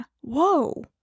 Whoa